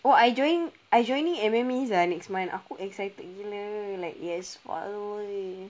oh I join I joining M_M_As lah next month aku excited gila like yes !walao!